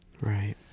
Right